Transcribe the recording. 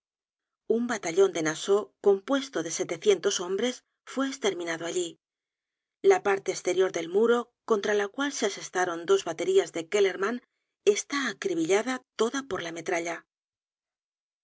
un batallon de nassau compuesto de setecientos hombres fue esterminado allí la parte esterior del muro contra la cual se asestaron dos baterías de kellermann está acribillada toda por la metralla